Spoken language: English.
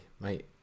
mate